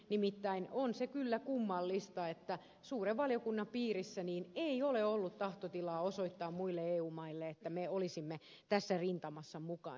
nimittäin on se kyllä kummallista että suuren valiokunnan piirissä ei ole ollut tahtotilaa osoittaa muille eu maille että me olisimme tässä rintamassa mukana